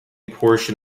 portion